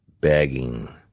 begging